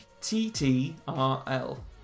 T-T-R-L